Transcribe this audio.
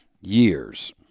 years